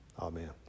Amen